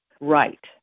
Right